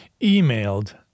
emailed